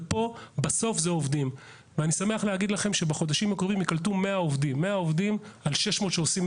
ואני חושבים שעדיף --- אבל אנחנו נשקול את